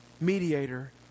mediator